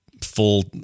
full